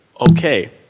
Okay